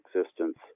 existence